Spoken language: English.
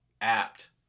apt